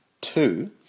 two